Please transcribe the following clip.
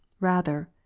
rather,